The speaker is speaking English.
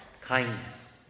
kindness